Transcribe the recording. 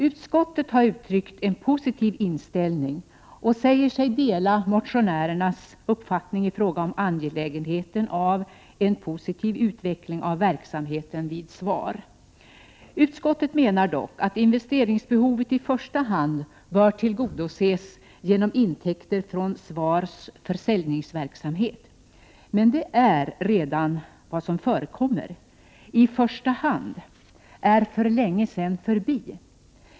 Utskottet har uttryckt en positiv inställning och säger sig dela motionärernas uppfattning i fråga om angelägenheten av en positiv utveckling av verksamheten vid SVAR. Utskottet menar dock att investeringsbehovet i första hand bör tillgodoses genom intäkter från SVAR:s försäljningsverksamhet. Det är vad som redan förekommer. ”I första hand” är för länge sedan förbi!